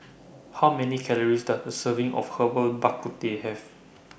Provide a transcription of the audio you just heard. How Many Calories Does A Serving of Herbal Bak Ku Teh Have